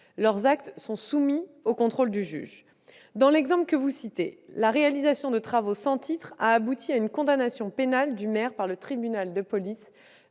Leurs actes sont soumis au contrôle du juge. Dans l'exemple que vous citez, la réalisation de travaux sans titre a abouti à une condamnation pénale du maire par le tribunal de police